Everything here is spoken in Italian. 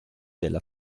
della